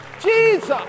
Jesus